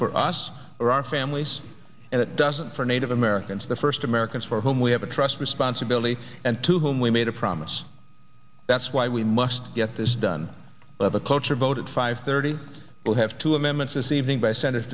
for us or our families and it doesn't for native americans the first americans for whom we have a trust responsibility and to whom we made a promise that's why we must get this done of a cloture vote at five thirty we'll have two amendments this evening by